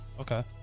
Okay